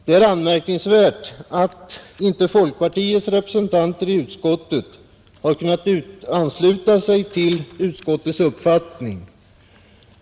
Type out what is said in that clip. Det är anmärkningsvärt att inte folkpartiets representanter i utskottet har kunnat ansluta sig till utskottets uppfattning.